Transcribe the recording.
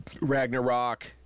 Ragnarok